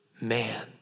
man